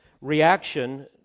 reaction